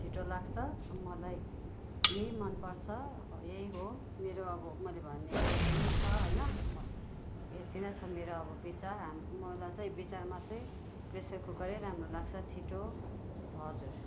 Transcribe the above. छिटो लाग्छ अनि मलाई यही मनपर्छ यही हो मेरो अब मैले भनेको यति नै छ होइन भ यति नै छ मेरो अब विचार हाम मलाई चाहिँ विचारमा चाहिँ प्रेसर कुकरै राम्रो लाग्छ छिटो हजुर